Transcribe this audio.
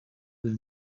will